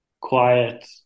quiet